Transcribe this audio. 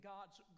God's